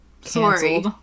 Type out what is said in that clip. Sorry